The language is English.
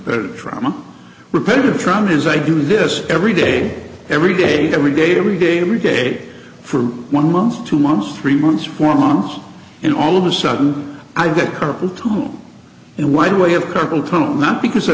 of trauma repetitive trauma is i do this every day every day every day every day every day for one month two months three months four months and all of a sudden i get purple tom and why do i have carpal tunnel not because i